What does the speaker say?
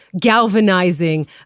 galvanizing